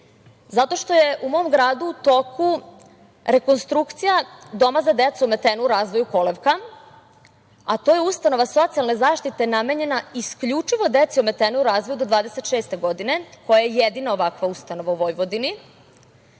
zato što je u mom gradu u toku rekonstrukcija doma za decu ometenu u razvoju „Kolevka“, a to je ustanova socijalne zaštite namenjena isključivo deci ometenoj u razvoju do 26 godine, koja je jedina ovakva ustanova u Vojvodini